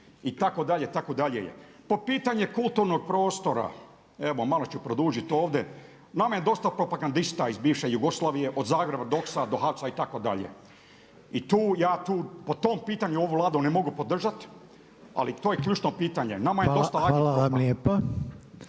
itd., itd.? Po pitanju kulturnog prostora, evo malo ću produžiti ovdje, nama je dosta propangadista iz bivše Jugoslavije, od Zagreba … do HAC-a itd. i tu ja tu po tom pitanju ja tu Vladu ne mogu podržati ali to je ključno pitanje. Nama je dosta ovakvih